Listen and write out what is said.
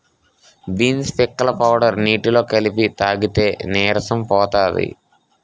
beans పిక్కల powder నీటిలో కలిపి తాగితే నీరసం పోతది